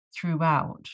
throughout